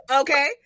Okay